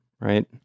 right